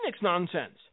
nonsense